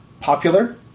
popular